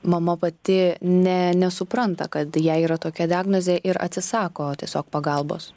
mama pati ne nesupranta kad jai yra tokia diagnozė ir atsisako tiesiog pagalbos